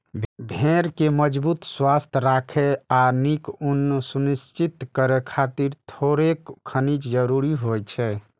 भेड़ कें मजबूत, स्वस्थ राखै आ नीक ऊन सुनिश्चित करै खातिर थोड़ेक खनिज जरूरी होइ छै